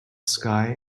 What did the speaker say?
sky